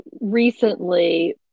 recently